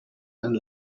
and